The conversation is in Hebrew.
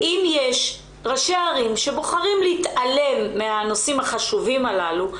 ואם יש ראשי ערים שבוחרים להתעלם מהנושאים החשובים הללו,